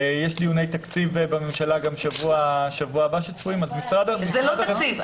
ויש דיוני תקציב בממשלה גם בשבוע הבא -- זה לא תקציב.